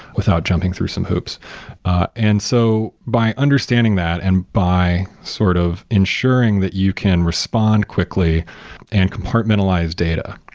without jumping through some hoops and so by understanding that and by sort of ensuring that you can respond quickly and compartmentalize data,